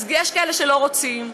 אז יש כאלה שלא רוצים,